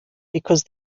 because